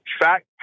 fact